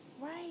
right